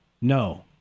No